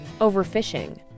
overfishing